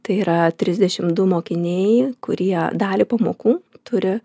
tai yra trisdešimt du mokiniai kurie dalį pamokų turi